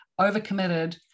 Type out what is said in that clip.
overcommitted